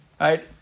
right